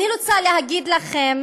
אני רוצה להגיד לכם